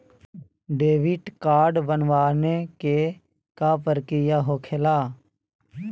Debit card बनवाने के का प्रक्रिया होखेला?